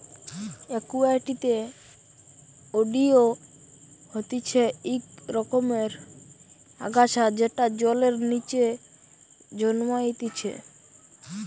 একুয়াটিকে ওয়িড হতিছে ইক রকমের আগাছা যেটা জলের নিচে জন্মাইতিছে